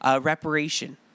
reparation